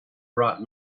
brought